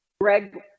greg